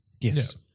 Yes